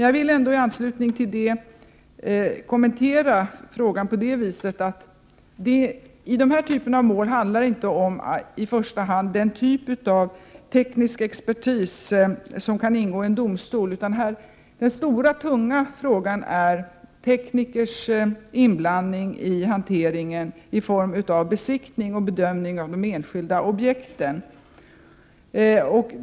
Jag vill i anslutning till det ändå kommentera frågan och säga att det i denna typ av mål inte i första hand handlar om det slags teknisk expertis som kan ingå i en domstol. Den tunga frågan är teknikers inblandning i hanteringen när det gäller besiktning och bedömning av de enskilda objekten.